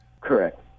Correct